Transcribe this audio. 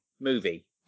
movie